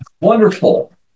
wonderful